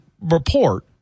report